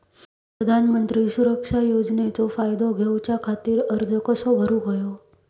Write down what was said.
प्रधानमंत्री सुरक्षा योजनेचो फायदो घेऊच्या खाती अर्ज कसो भरुक होयो?